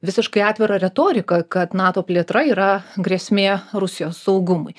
visiškai atvirą retoriką kad nato plėtra yra grėsmė rusijos saugumui